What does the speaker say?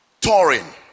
touring